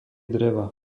dreva